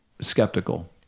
skeptical